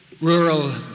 rural